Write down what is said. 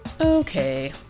Okay